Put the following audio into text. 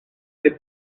des